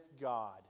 God